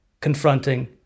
confronting